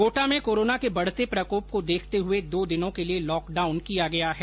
कोटा में कोरोना के बढते प्रकोप को देखते हये दो दिनों के लिये लॉकडाउन किया गया है